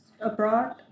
abroad